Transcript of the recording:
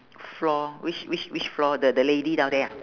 floor which which which floor the the lady down there ah